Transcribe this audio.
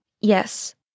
Yes